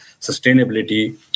sustainability